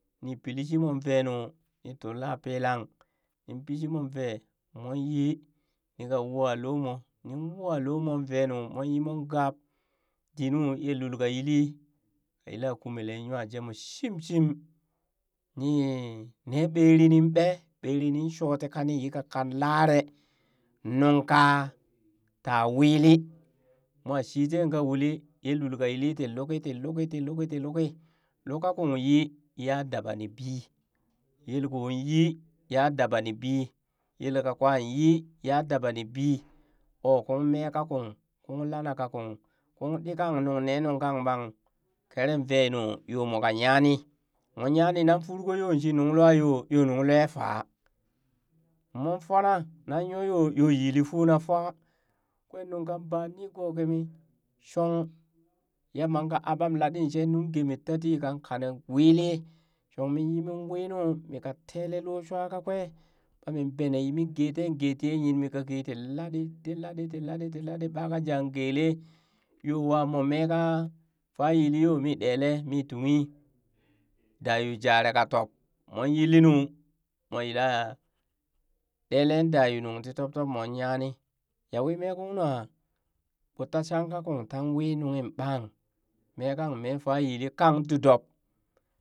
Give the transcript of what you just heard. Nin pili shi moon vee nu nii tulla pilang ni pi shimon vee mon yi nika woa loomo nin wowa loomon vee nuu mon yi mon gab dinu yelul ka yilli ka yilla kumelee nya jet moo shimshim nii nee ɓeri nin ɓee ɓeri nin shooti kani kan laree nunka ta wili mwa shi tee ka uli yelul ka yili ti luki ti luki ti luki lul kakung yi ya dabani bii, yel koo yi ya dabani bii, yelka kwan yi ya dabani bii, oo kung mee ka kakung kung lana ka kung kung ɗi kan nung ne nungkan ɓang, keren vee nuu yoo moka nyani, mon nyani nan furkoo yoo shi nung lue yoo yoo nunglue fa mon fona nan yo yoo yili fuuna fa kwee nungkan baa nigoo kimii shon yamba ka aɓam laɗii shee nunggee mee tatii kan kanen wilii shong mi yi min wiinu mii ka tele loo shuwa ka kwee ɓaa min bene yimin gee teen gee tii yee nyimi kakii ti laɗi ti laɗi laɗi ti laɗi, ɓaa jah geeelee yoo wa moo mee kaa fa yili yo mii ɗeelee mii tunghi da yu jare ka top moon yilli nuu mwa yilla ɗeelee da unuŋ ti tob tob munyani ya wi mee kung nuaa ɓoo ta shanka kung taan wi nunghin ɓang mee kang mee faa yili kang didob.